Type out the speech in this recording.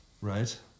Right